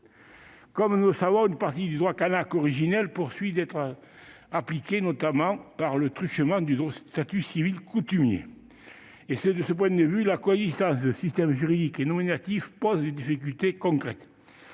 Comme nous le savons, une partie du droit kanak originel continue d'être appliqué, notamment par le truchement du statut civil coutumier. De ce point de vue, la coexistence des systèmes juridiques et normatifs pose des difficultés concrètes.